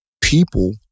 people